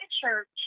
church